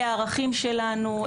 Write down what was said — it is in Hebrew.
אלה הערכים שלנו.